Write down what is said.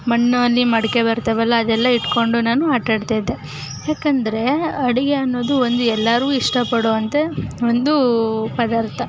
ಮಣ್ಣಲ್ಲಿ ಮಡಿಕೆ ಬರುತ್ತವಲ್ಲ ಅದೆಲ್ಲ ಇಟ್ಕೊಂಡು ನಾನು ಆಟಾಡ್ತಾಯಿದ್ದೆ ಯಾಕೆಂದರೆ ಅಡುಗೆ ಅನ್ನೋದು ಒಂದು ಎಲ್ಲರೂ ಇಷ್ಟಪಡುವಂಥ ಒಂದು ಪದಾರ್ಥ